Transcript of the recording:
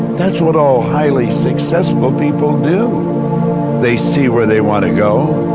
that's what all highly-successful people do they see where they want to go,